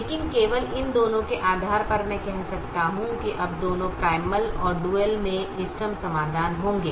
लेकिन केवल इन दोनों के आधार पर मैं कह सकता हूं कि अब दोनों प्राइमल और डुअल में इष्टतम समाधान होंगे